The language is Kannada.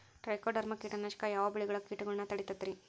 ಟ್ರೈಕೊಡರ್ಮ ಕೇಟನಾಶಕ ಯಾವ ಬೆಳಿಗೊಳ ಕೇಟಗೊಳ್ನ ತಡಿತೇತಿರಿ?